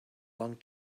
long